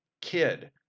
kid